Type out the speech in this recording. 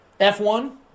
F1